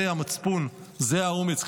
זה המצפון, זה האומץ.